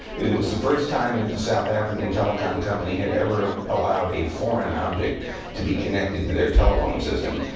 it was the first time that the south african telecom company had ever ah allowed a foreign object to be connected to their telephone system.